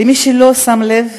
למי שלא שם לב,